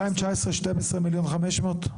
2019 12,500,000?